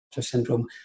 syndrome